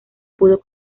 pudo